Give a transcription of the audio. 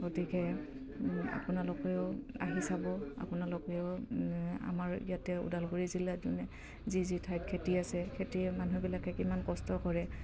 গতিকে আপোনালোকেও আহি চাব আপোনালোকেও আমাৰ ইয়াতে ওদালগুৰি জিলাত যি যি ঠাইত খেতি আছে খেতি মানুহবিলাকে কিমান কষ্ট কৰে